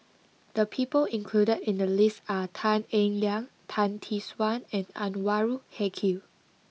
the people included in the list are Tan Eng Liang Tan Tee Suan and Anwarul Haque